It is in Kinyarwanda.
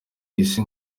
isi